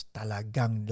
talagang